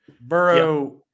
Burrow